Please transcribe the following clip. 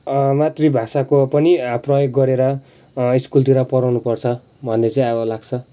मातृ भाषाको पनि प्रयोग गरेर स्कुलतिर पढाउनु पर्छ भन्ने चाहिँ अब लाग्छ